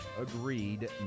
Agreed